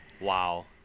Wow